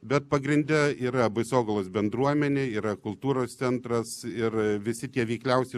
bet pagrinde yra baisogalos bendruomenė yra kultūros centras ir visi tie veikliausi